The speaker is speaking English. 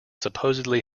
supposedly